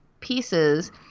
pieces